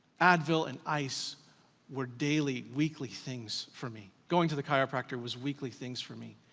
advil and ice were daily, weekly things for me. going to the chiropractor was weekly things for me.